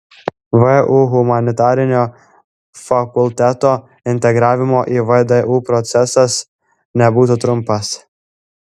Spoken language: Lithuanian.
vu humanitarinio fakulteto integravimo į vdu procesas nebūtų trumpas